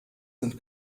sind